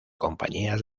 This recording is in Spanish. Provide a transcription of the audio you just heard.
compañías